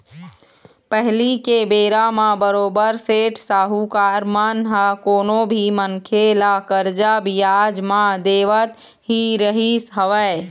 पहिली के बेरा म बरोबर सेठ साहूकार मन ह कोनो भी मनखे ल करजा बियाज म देवत ही रहिस हवय